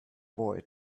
boy